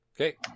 Okay